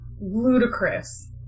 ludicrous